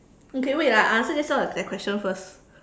okay wait ah I answer just now that question first